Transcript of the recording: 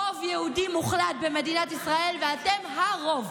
רוב יהודי מוחלט במדינת ישראל, ואתם ה-רוב.